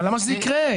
אבל למה שזה יקרה?